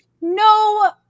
No